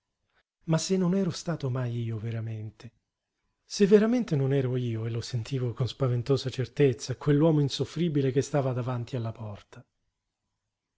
ma se non ero stato mai io veramente se veramente non ero io e lo sentivo con spaventosa certezza quell'uomo insoffribile che stava davanti alla porta